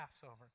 Passover